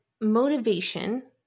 motivation